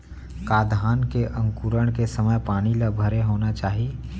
का धान के अंकुरण के समय पानी ल भरे होना चाही?